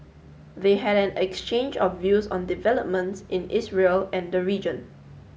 they had an exchange of views on developments in Israel and the region